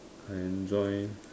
I enjoy